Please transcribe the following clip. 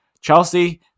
Chelsea